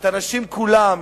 את הנשים כולן,